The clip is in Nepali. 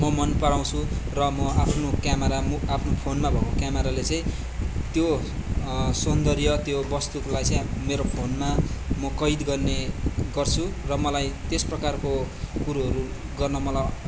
म मन पराउँछु र म आफ्नो क्यामेरा म आफ्नो फोनमा भएको क्यामेराले चाहिँ त्यो सौन्दर्य त्यो वस्तुलाई चाहिँ मेरो फोनमा म कैद गर्ने गर्छु र मलाई त्यसप्रकारको कुरोहरू गर्न मलाई